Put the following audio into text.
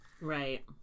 Right